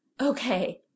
Okay